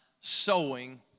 sowing